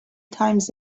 times